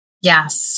Yes